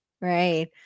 right